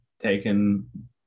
taken